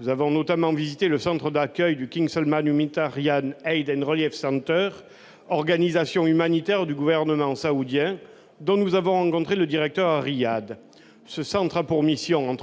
Nous avons notamment visité le centre d'accueil du King Salman Humanitarian Aid and Relief Center, organisation humanitaire du Gouvernement saoudien dont nous avons rencontré le directeur à Riyad. Ce centre a notamment pour mission